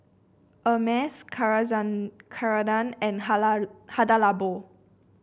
Hermes Carrera and Hada Labo